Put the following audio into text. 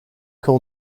call